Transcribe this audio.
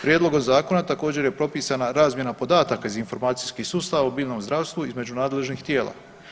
Prijedlogom zakona također je propisana razmjena podataka iz informacijskih sustava u biljnom zdravstvu između nadležnih tijela.